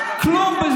כלום,